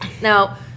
Now